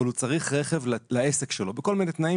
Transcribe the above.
אבל הוא צריך רכב לעסק שלו - בכל מיני תנאים